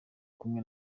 kumwe